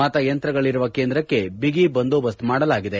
ಮತ ಯಂತ್ರಗಳಿರುವ ಕೇಂದ್ರಕ್ಕೆ ಬಿಗಿ ಬಂದೋಬಸ್ತ್ ಮಾಡಲಾಗಿದೆ